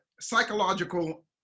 psychological